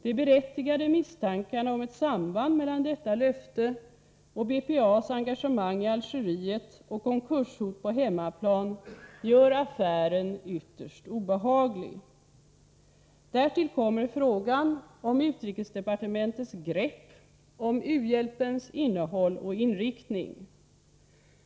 De berättigade misstankarna om ett samband mellan detta löfte och BPA:s engagemang i Algeriet och konkurshot på hemmaplan gör affären ytterst obehaglig. Därtill kommer frågan om utrikesdepartementets grepp om u-hjälpens innehåll och inriktning.